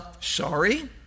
sorry